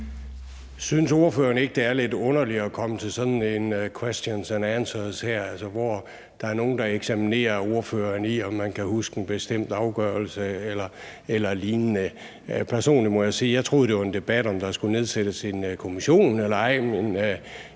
Synes ordføreren ikke, det er lidt underligt at komme til sådan en questions and answers her, altså hvor der er nogle, der eksaminerer ordføreren i, om man kan huske en bestemt afgørelse eller lignende? Personligt må jeg sige, at jeg troede, det var en debat om, hvorvidt der skulle nedsættes en kommission eller ej. Men